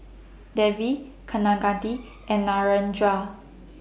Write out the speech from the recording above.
Devi Kaneganti and Narendra